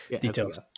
Details